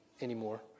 anymore